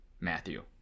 Matthew